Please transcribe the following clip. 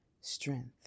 strength